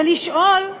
ולשאול,